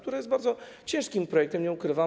To jest bardzo ciężki projekt, nie ukrywam.